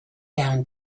down